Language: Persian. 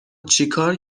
چیکار